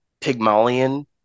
Pygmalion